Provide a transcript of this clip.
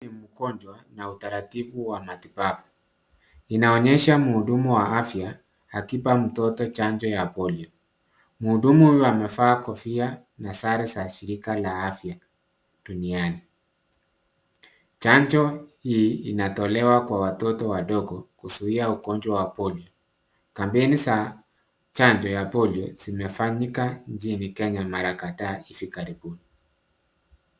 Ni mgonjwa na utaratibu wa matibabu. Inaonyesha mhudumu wa afya akimpa mtoto chanjo ya polio. Mhudumu huyu amevaa kofia na sare za shirika la afya duniani. Chanjo hii inatolewa kwa watoto wadogo kuzuia ugonjwa wa polio. Kampeni za chanjo ya polio zimefanyika nchini Kenya mara kadhaa hivi karibuni.